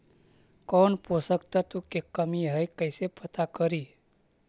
कौन पोषक तत्ब के कमी है कैसे पता करि?